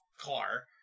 car